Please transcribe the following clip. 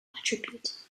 attribute